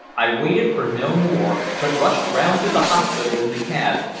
i waited for no more, but rushed round to the hospital in the cab,